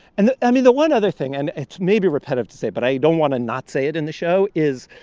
and i mean, the one other thing and it's maybe repetitive to say, but i don't want to not say it in the show is,